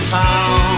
town